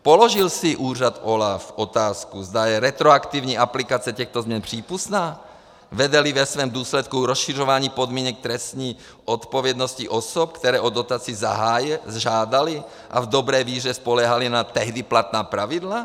Položil si úřad OLAF otázku, zda je retroaktivní aplikace těchto změn přípustná, vedeli ve svém důsledku k rozšiřování podmínek trestní odpovědnosti osob, které o dotaci žádaly a v dobré víře spoléhaly na tehdy platná pravidla?